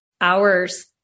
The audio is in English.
hours